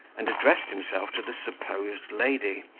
and addressing himself to the supposed lady,